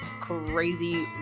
crazy